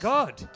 God